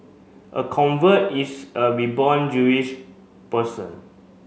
a convert is a reborn Jewish person